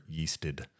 yeasted